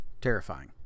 Terrifying